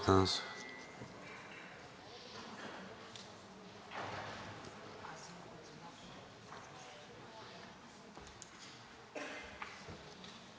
Благодаря Ви, господин Председател. Вземам думата за кратка реплика